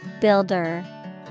Builder